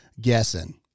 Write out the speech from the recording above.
guessing